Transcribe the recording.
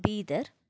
Bidar